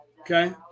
Okay